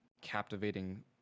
captivating